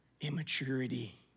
immaturity